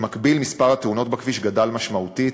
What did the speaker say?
במקביל, מספר התאונות בכביש גדל משמעותית,